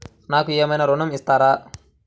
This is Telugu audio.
నాకు ఏమైనా ఋణం ఇస్తారా?